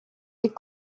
les